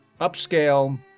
upscale